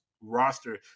roster